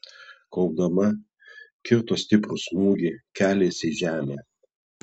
klaupdama kirto stiprų smūgį keliais į žemę